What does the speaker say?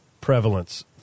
prevalence